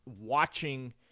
watching